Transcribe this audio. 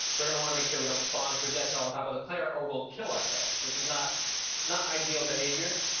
we're going to want to make sure we don't spawn the projectile on top of the player or we'll kill ourselves, which is not not ideal behavior.